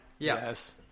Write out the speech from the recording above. Yes